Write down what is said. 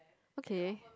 okay